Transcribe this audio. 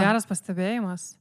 geras pastebėjimas